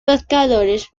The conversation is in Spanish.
pescadores